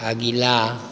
अगिला